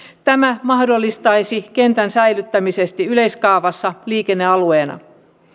tämä mahdollistaisi kentän säilyttämisen yleiskaavassa liikennealueena